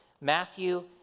Matthew